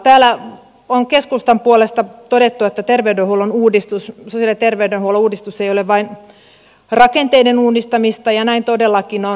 täällä on keskustan puolelta todettu että sosiaali ja terveydenhuollon uudistus ei ole vain rakenteiden uudistamista ja näin todellakin on